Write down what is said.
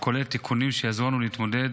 וכוללת תיקונים שיעזרו לנו להתמודד